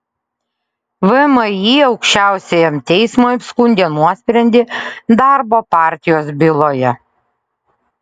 vmi aukščiausiajam teismui apskundė nuosprendį darbo partijos byloje